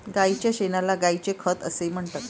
गायीच्या शेणाला गायीचे खत असेही म्हणतात